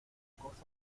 cosas